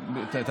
עכשיו אתה,